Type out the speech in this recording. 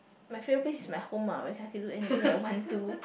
my favourite place is my home ah where I can do anything I want to